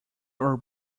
are